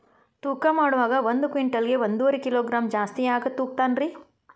ತೂಕಮಾಡುವಾಗ ಒಂದು ಕ್ವಿಂಟಾಲ್ ಗೆ ಒಂದುವರಿ ಕಿಲೋಗ್ರಾಂ ಜಾಸ್ತಿ ಯಾಕ ತೂಗ್ತಾನ ರೇ?